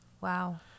wow